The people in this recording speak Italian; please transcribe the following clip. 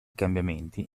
cambiamenti